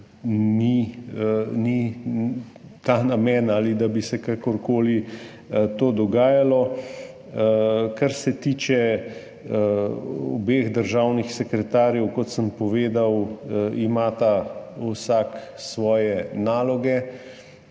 ni ta namen ali da bi se kakorkoli to dogajalo. Kar se tiče obeh državnih sekretarjev, kot sem povedal, imata vsak svoje naloge.